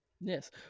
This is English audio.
Yes